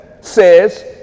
says